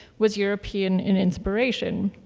was european in inspiration.